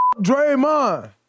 Draymond